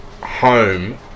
home